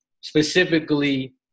specifically